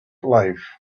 life